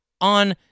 on